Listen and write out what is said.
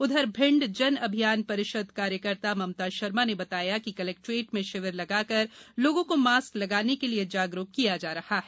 उधर भिंड जन अभियान रिषद कार्यकर्ता ममता शर्मा ने बताया कि कलेक्ट्रेट में शिविर लगाकर लोगों को मास्क लगाने के लिए जागरुक किया जा रहा है